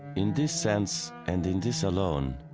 in this sense, and in this alone,